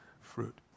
fruit